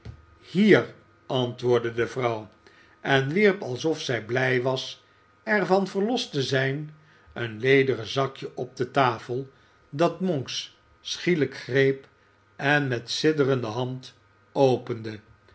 hier antwoordde de vrouw en wierp alsof zij blij was er van verlost te zijn een leeren zakje op de tafel dat monks schielijk greep en met sidderende hand opende